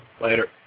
Later